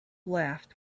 laughed